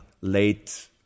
late